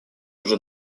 уже